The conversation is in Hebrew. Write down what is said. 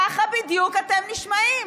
ככה בדיוק אתם נשמעים.